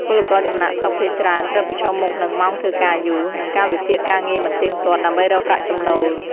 ពលករចំណាកស្រុកភាគច្រើនត្រូវប្រឈមមុខនឹង ម៉ោងធ្វើការយូរ និងកាលវិភាគការងារមិនទៀងទាត់ ដើម្បីរកប្រាក់ចំណូល ។